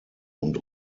und